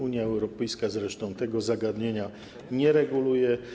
Unia Europejska zresztą tego zagadnienia nie reguluje.